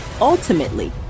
ultimately